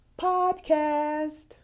Podcast